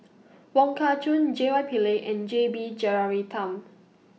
Wong Kah Chun J Y Pillay and J B Jeyaretnam